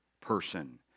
person